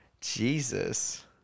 Jesus